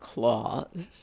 Claws